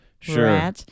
Sure